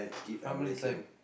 how many time